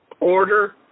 order